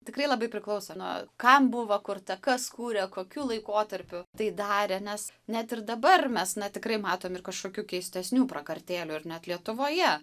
tikrai labai priklauso nuo kam buvo kurta kas kūrė kokiu laikotarpiu tai darė nes net ir dabar mes na tikrai matom ir kažkokių keistesnių prakartėlių ir net lietuvoje